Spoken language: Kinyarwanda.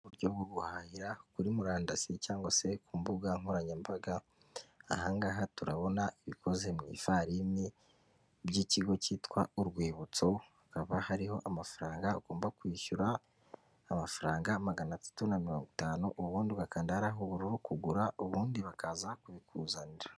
Uburyo bwo guhahira kuri murandasi cyangwa se ku mbuga nkoranyambaga, aha ngaha turabona ibikoze mu ifarini by'ikigo cyitwa Urwibutso, hakaba hariho amafaranga ugomba kwishyura, amafaranga magana atatu na mirongo itanu, ubundi ugakanda hariya h'ubururu kugura ubundi bakaza kubikuzanira.